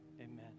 amen